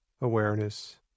awareness